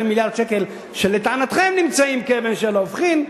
מיליארד השקלים שלטענתכם נמצאים כאבן שאין לה הופכין,